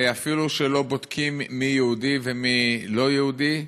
ואפילו לא בודקים מי יהודי ומי לא יהודי,